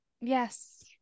Yes